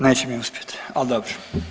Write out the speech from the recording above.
Neće mi uspjet, al dobro.